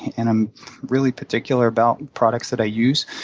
and i'm really particular about products that i use.